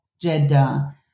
Jeddah